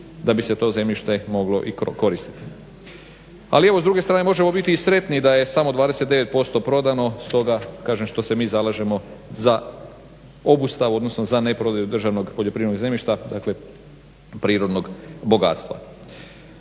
da bi se to zemljište moglo i koristiti. Ali, evo s druge strane možemo biti i sretni da je samo 29% prodano stoga kažem što se mi zalažemo za obustavu, odnosno za ne prodaju državnog poljoprivrednog zemljišta, dakle prirodnog bogatstva.